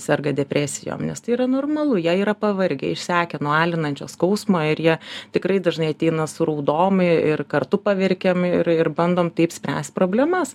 serga depresijom nes tai yra normalu jie yra pavargę išsekę nuo alinančio skausmo ir jie tikrai dažnai ateina su raudom ir kartu paverkiam ir ir bandom taip spręs problemas